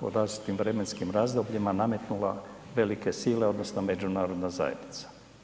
pod različitim vremenskim razdobljima nametnula velike sile, odnosno međunarodna zajednica.